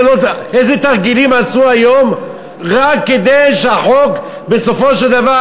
איזה תרגילים עשו היום רק כדי שהחוק בסופו של דבר,